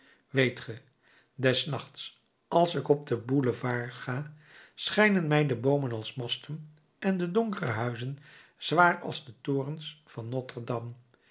ge des nachts als ik op den boulevard ga schijnen mij de boomen als masten en de donkere huizen zwaar als de torens van